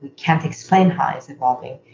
can't explain how it's evolving.